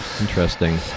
Interesting